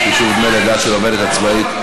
חישוב דמי לידה של עובדת עצמאית),